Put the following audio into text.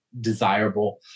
desirable